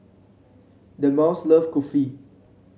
Delmas love Kulfi